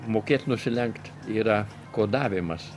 mokėti nusilenkt yra kodavimas